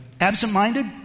absent-minded